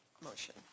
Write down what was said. motion